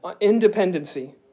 independency